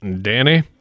Danny